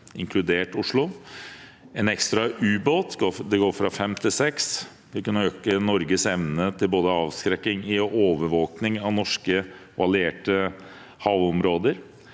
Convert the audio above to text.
inkludert Oslo. Vi får en ekstra ubåt – det går fra fem til seks. Det kan øke Norges evne til avskrekking og overvåking av norske og allierte havområder.